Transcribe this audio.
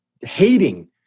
hating